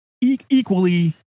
equally